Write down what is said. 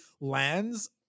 lands